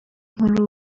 nkuru